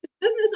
Business